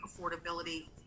affordability